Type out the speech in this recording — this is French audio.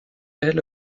elle